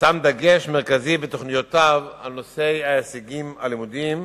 שם דגש מרכזי בתוכניותיו על נושא ההישגים הלימודיים,